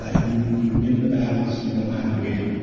ah you you win the battles you know how to win.